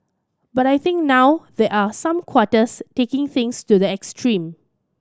but I think now there are some quarters taking things to the extreme